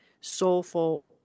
soulful